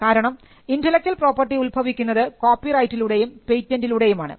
കാരണം intellectual property ഉൽഭവിക്കുന്നത് കോപ്പി റൈറ്റിലൂടേയും പേറ്റൻറിലൂടേയുസാണ്